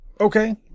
Okay